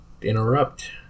interrupt